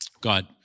God